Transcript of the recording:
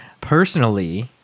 Personally